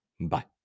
Bye